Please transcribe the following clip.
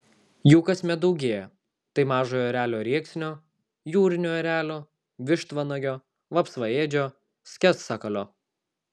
jų kasmet daugėja tai mažojo erelio rėksnio jūrinio erelio vištvanagio vapsvaėdžio sketsakalio